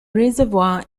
reservoir